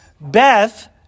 Beth